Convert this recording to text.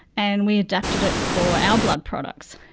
and we adapted it for our blood products.